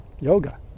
yoga